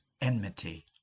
enmity